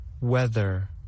Weather